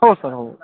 हो सर हो